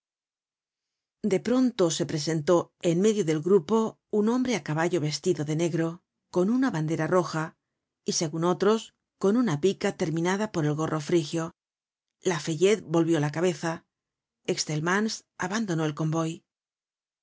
de pronto se presentó en medio del grupo un hombre á caballo vestido de negro con una bandera roja y segun otros con una pica terminada por el gorro frigio lafayette volvió la cabeza excelmans abandonó el convoy